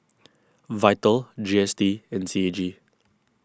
Vital G S T and C A G